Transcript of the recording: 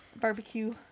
barbecue